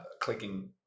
clicking